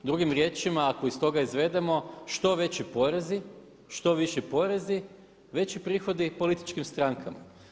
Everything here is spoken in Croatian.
Drugim riječima ako iz toga izvedemo što veći porezi i što viši porezi veći prihodi političkim strankama.